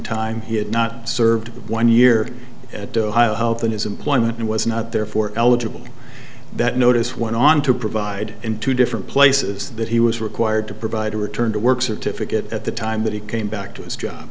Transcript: time he had not served one year at ohio health in his employment and was not therefore eligible that notice went on to provide in two different places that he was require had to provide a return to work certificate at the time that he came back to his job